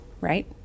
right